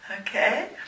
Okay